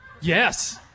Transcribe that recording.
Yes